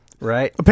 right